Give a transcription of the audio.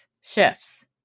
shifts